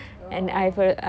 oh